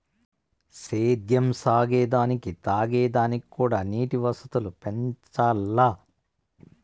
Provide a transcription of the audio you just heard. సేద్యం సాగే దానికి తాగే దానిక్కూడా నీటి వసతులు పెంచాల్ల